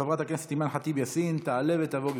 חברת הכנסת אימאן ח'טיב יאסין תעלה ותבוא.